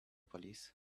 police